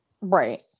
Right